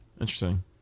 Interesting